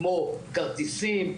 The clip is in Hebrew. כמו: כרטיסים,